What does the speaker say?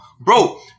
Bro